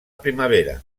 primavera